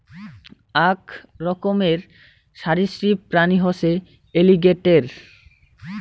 আক রকমের সরীসৃপ প্রাণী হসে এলিগেটের